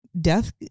death